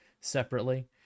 separately